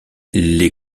les